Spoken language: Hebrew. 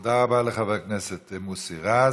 תודה רבה לחבר הכנסת מוסי רז.